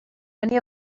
many